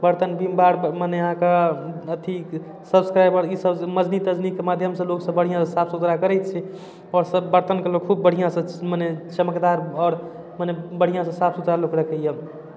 बरतन भिमबार मने अहाँके अथी सब्सक्राइबर ईसभ मँजनी तँजनी माध्यमसँ लोकसभ बढ़िआँसँ साफ सुथरा करै छै आओरसभ बरतनकेँ खूब बढ़िआँसँ मने चमकदार आओर मने बढ़िआँसँ साफ सुथरा लोक रखैए